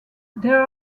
there